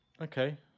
okay